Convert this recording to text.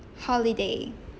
holiday